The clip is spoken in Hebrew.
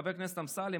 חבר הכנסת אמסלם,